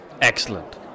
Excellent